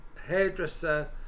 hairdresser